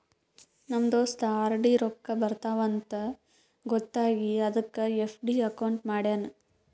ನಮ್ ದೋಸ್ತ ಆರ್.ಡಿ ರೊಕ್ಕಾ ಬರ್ತಾವ ಅಂತ್ ಗೊತ್ತ ಆಗಿ ಅದಕ್ ಎಫ್.ಡಿ ಅಕೌಂಟ್ ಮಾಡ್ಯಾನ್